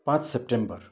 पाँच सेप्टेम्बर